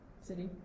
City